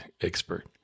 expert